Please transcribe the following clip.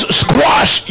squash